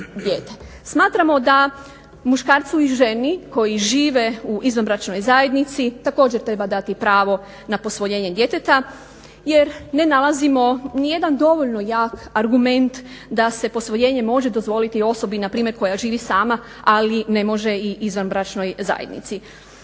Smatramo da muškarcu i ženi koji žive u izvanbračnoj zajednici također treba dati pravo na posvojenje djeteta jer ne nalazimo nijedan dovoljno jak argument da se posvojenje može dozvoliti osobi npr. koja živi sama ali ne može i izvanbračnoj zajednici.